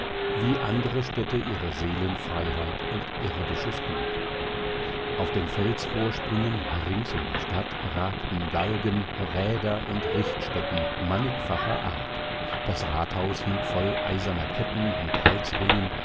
wie andere städte ihre seelenfreiheit und irdisches gut auf den felsvorsprüngen rings um die stadt ragten galgen räder und richtstätten mannigfacher art das rathaus hing voll eiserner ketten mit halsringen